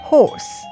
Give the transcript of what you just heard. Horse